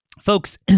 folks